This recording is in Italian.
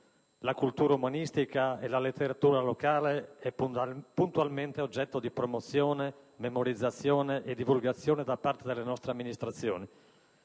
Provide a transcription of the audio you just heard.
La cultura umanistica e la letteratura locale sono puntualmente oggetto di promozione, memorizzazione e divulgazione da parte delle nostre amministrazioni.